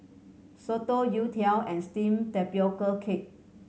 soto youtiao and steamed tapioca cake